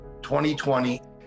2020